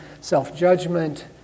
self-judgment